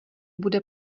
bude